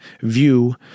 view